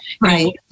Right